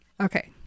Okay